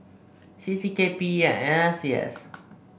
CC K P E and N C S